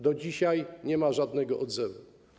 Do dzisiaj nie ma żadnego odzewu.